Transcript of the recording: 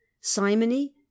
Simony